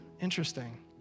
Interesting